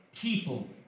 People